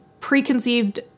preconceived